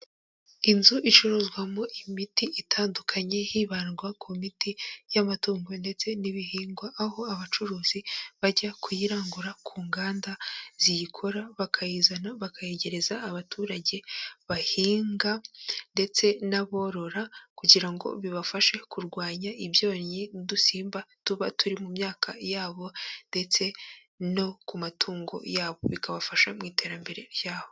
Inzu icuruzwamo imiti itandukanye, hibandwa ku miti y'amatungo ndetse n'ibihingwa, aho abacuruzi bajya kuyirangura ku nganda ziyikora bakayizana, bakayegereza abaturage bahinga ndetse n'aborora, kugira ngo bibafashe kurwanya ibyonnyi n'udusimba tuba turi mu myaka yabo ndetse no ku matungo yabo, bikabafasha mu iterambere ryabo.